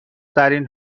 ترین